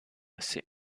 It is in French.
assez